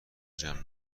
جمع